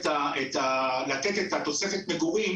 לתת את תוספת המגורים